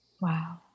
Wow